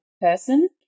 person